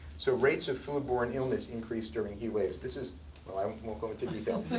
so rates of foodborne illness increase during heat waves. this is well, i um won't go into detail.